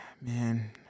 Man